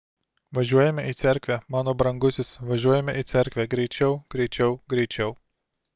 važiuojame į cerkvę mano brangusis važiuojame į cerkvę greičiau greičiau greičiau